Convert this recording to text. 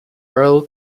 royal